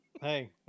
Hey